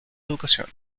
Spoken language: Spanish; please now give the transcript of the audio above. educación